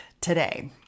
today